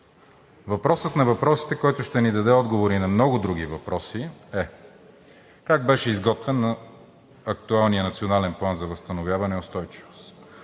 Въпросът на въпросите, който ще ни даде отговор и на много други въпроси, е: как беше изготвен актуалният Национален план за възстановяване и устойчивост?